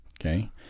Okay